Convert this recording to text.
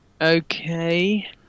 Okay